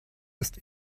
ist